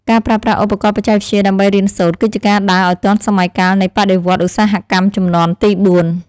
ការប្រើប្រាស់ឧបករណ៍បច្ចេកវិទ្យាដើម្បីរៀនសូត្រ គឺជាការដើរឱ្យទាន់សម័យកាលនៃបដិវត្តន៍ឧស្សាហកម្មជំនាន់ទីបួន។